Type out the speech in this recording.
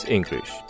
English